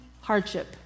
hardship